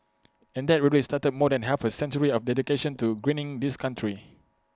and that really started more than half A century of dedication to greening this country